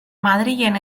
madrilen